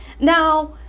Now